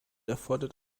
erfordert